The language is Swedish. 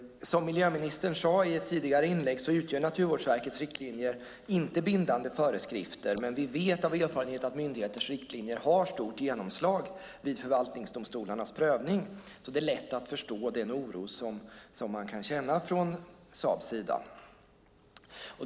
Som miljöministern sade i ett tidigare inlägg utgör Naturvårdsverkets riktlinjer inte bindande föreskrifter, men vi vet av erfarenhet att myndigheters riktlinjer har stort genomslag vid förvaltningsdomstolarnas prövning. Det är lätt att förstå den oro som Saab känner.